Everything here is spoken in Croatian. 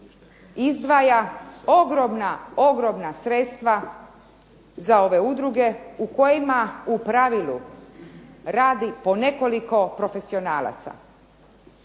izdvaja ogromna ogromna sredstva za ove udruge u kojima u pravilu radi po nekoliko profesionalaca.